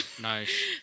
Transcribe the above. Nice